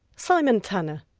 simon tanner.